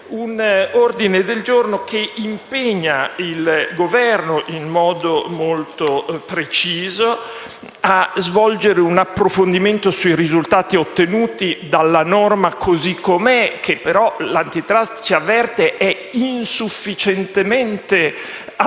L'ordine del giorno impegna il Governo, in modo molto preciso, «a svolgere un approfondimento sui risultati ottenuti» - dalla norma così com'è, che però l'Antitrust ci avverte essere insufficientemente attuativa